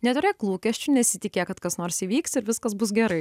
neturėk lūkesčių nesitikėk kad kas nors įvyks ir viskas bus gerai